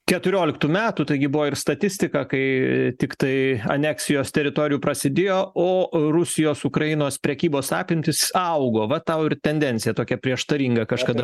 keturioliktų metų taigi buvo ir statistika kai tiktai aneksijos teritorijų prasidėjo o rusijos ukrainos prekybos apimtys augo va tau ir tendencija tokia prieštaringa kažkada